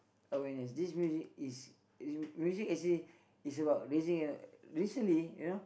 awareness this music is music you see is about raising uh recently you know